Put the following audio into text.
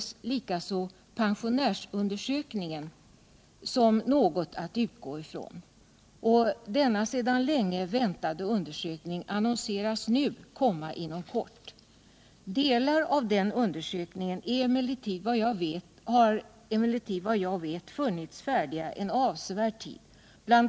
ningen som något att utgå ifrån. Denna sedan länge väntade undersökning annonseras nu komma inom kort. Delar av den undersökningen har emellertid, vad jag vet, funnits färdiga en avsevärd tid. BI.